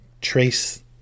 trace